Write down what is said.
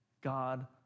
God